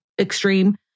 extreme